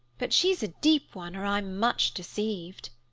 but she's a deep one, or i'm much deceived.